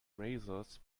razors